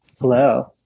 Hello